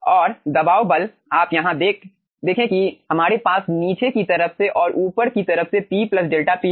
और दबाव बल आप यहां देखें कि हमारे पास नीचे की तरफ से और ऊपर की तरफ से P प्लस डेल्टा P है